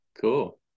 Cool